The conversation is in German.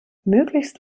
möglichst